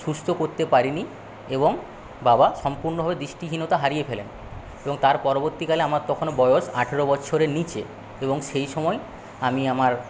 সুস্থ করতে পারিনি এবং বাবা সম্পূর্ণভাবে দৃষ্টিহীনতা হারিয়ে ফেলেন এবং তার পরবর্তীকালে আমার তখনও বয়স আঠেরো বছরের নীচে এবং সেই সময় আমি আমার